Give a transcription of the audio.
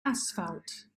asphalt